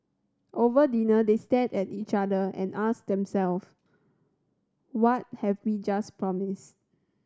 over dinner they stared at each other and asked themself What have we just promised